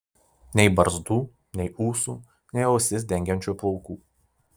nei barzdų nei ūsų nei ausis dengiančių plaukų